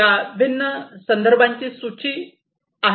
या भिन्न संदर्भांची सूची आहे